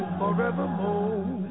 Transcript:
forevermore